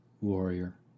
warrior